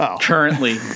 Currently